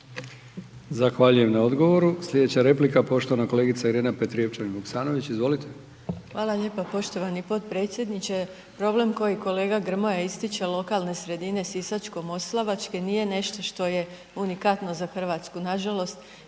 Zahvaljujem na odgovoru. Slijedeća replika poštovana kolegica Irena Petrijevčanin Vuksanović, izvolite. **Petrijevčanin Vuksanović, Irena (HDZ)** Hvala lijepo poštovani potpredsjedniče. Problem koji kolega Grmoja ističe lokalne sredine Sisačko-moslavačke nije nešto što je unikatno za RH, nažalost